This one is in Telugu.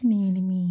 నేను మీ